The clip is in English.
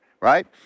right